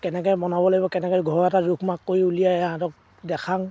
কেনেকৈ বনাব লাগিব কেনেকৈ ঘৰ এটা জোখ মাখ কৰি উলিয়ায় সিহঁতক দেখাওঁ